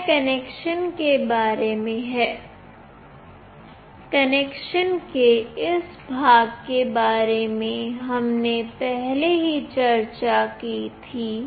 यह कनेक्शन के बारे में है और कनेक्शन के इस भाग के बारे में हमने पहले ही चर्चा की थी